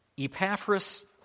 Epaphras